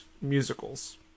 musicals